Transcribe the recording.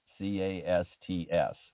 C-A-S-T-S